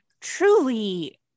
truly